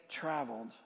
traveled